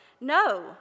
No